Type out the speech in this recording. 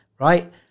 right